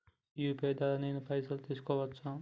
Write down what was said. UPI ద్వారా నేను పైసలు తీసుకోవచ్చా?